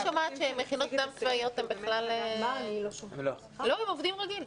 הבנתי שבמכינות קדם-צבאיות פשוט עובדים רגיל.